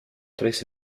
tres